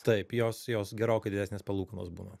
taip jos jos gerokai didesnės palūkanos būna